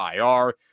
IR